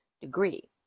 degree